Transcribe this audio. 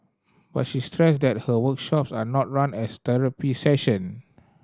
but she stressed that her workshops are not run as therapy session